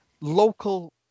local